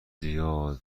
راه